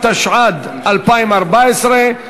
התשע"ד 2014,